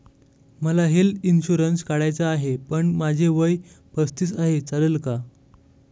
मला health insurance काढायचा आहे पण माझे वय पस्तीस आहे, चालेल का?